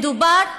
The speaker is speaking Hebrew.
מדובר,